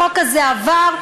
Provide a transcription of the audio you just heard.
החוק הזה עבר,